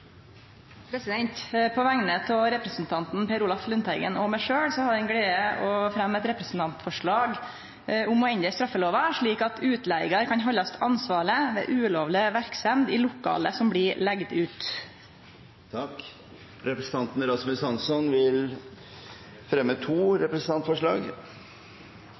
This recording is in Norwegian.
om å endre straffelova, slik at utleigar kan haldast ansvarleg ved ulovleg verksemd i lokale som blir leigd ut. Representanten Rasmus Hansson vil fremsette to representantforslag.